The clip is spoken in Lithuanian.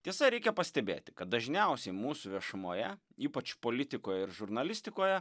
tiesa reikia pastebėti kad dažniausiai mūsų viešumoje ypač politikoje ir žurnalistikoje